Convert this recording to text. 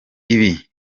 ibi